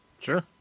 Sure